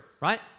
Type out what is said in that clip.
right